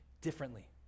differently